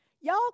y'all